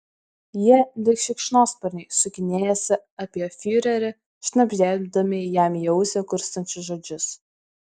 jie lyg šikšnosparniai sukinėjasi apie fiurerį šnabždėdami jam į ausį kurstančius žodžius